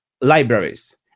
libraries